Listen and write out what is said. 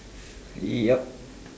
ya